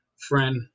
Friend